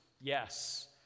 yes